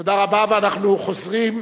תודה רבה, ואנחנו חוזרים,